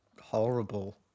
horrible